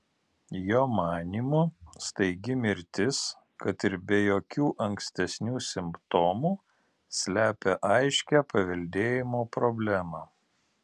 jo manymu staigi mirtis kad ir be jokių ankstesnių simptomų slepia aiškią paveldėjimo problemą